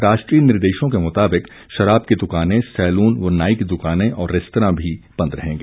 राष्ट्रीय निर्देशों के मुताबिक शराब की दुकानें सैलून व नाई की दुकानें और रेस्तरां भी बंद रहेंगे